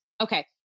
okay